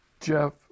Jeff